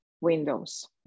windows